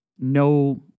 no